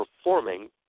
performing